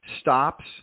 stops